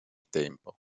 tempo